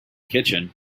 kitchen